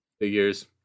Figures